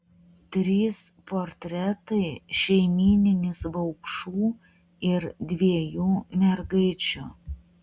trys portretai šeimyninis vaupšų ir dviejų mergaičių